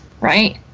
right